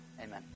Amen